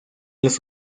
los